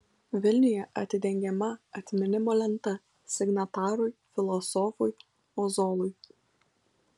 vilniuje atidengiama atminimo lenta signatarui filosofui ozolui